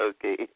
Okay